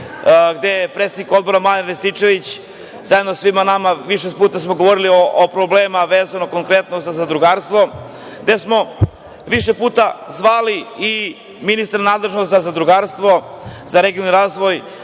gde je predsednik Odbora Marijan Rističević zajedno sa svima nama više puta govorio o problemima vezano konkretno za zadrugarstvo, gde smo više puta zvali i ministra nadležnog za zadrugarstvo, za regionalni razvoj